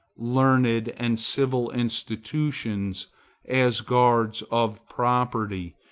learned and civil institutions as guards of property,